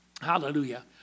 Hallelujah